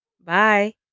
Bye